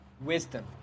wisdom